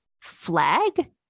flag